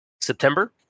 September